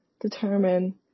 determine